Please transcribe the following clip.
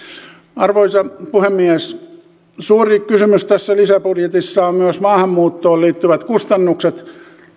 arvoisa puhemies suuri kysymys tässä lisäbudjetissa on myös maahanmuuttoon liittyvät kustannukset